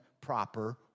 proper